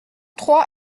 trois